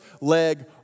leg